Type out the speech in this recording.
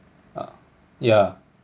uh yeah